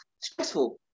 stressful